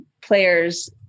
players